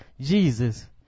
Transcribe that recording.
Jesus